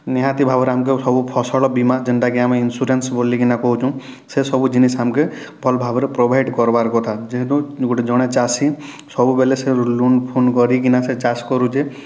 ନିହାତି ଭାବରେ ଆମକେ ସବୁ ଫସଲ ବୀମା ଜେନତା କି ଆମେ ଇନ୍ସୁରାନ୍ସ ବୋଳିକିନା କହୁଛୁଁ ସେ ସବୁ ଜିନିଷ ଆମକେ ଭଲ ଭାବରେ ପ୍ରୋଭାଇଡ଼ କରବାର କଥା ଯେହେତୁ ଗୋଟେ ଜଣେ ଚାଷୀ ସବୁବେଳେ ସେ ଲୁନ ଫୁନ କରିକିନା ସେ ଚାଷ କରୁଛେ